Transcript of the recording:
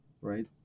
right